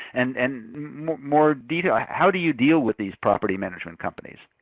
and and more detailed, how do you deal with these property management companies?